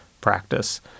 practice